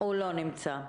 לא נמצא.